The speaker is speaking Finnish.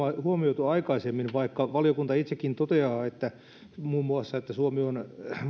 huomioitu aikaisemmin vaikka valiokunta itsekin toteaa muun muassa että suomi on